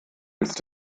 ist